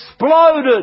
exploded